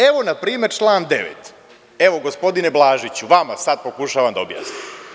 Evo, na primer član 9. Evo, gospodine Blažiću, vama sada pokušavam da objasnim.